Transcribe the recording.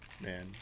man